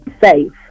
safe